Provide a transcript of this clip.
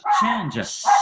change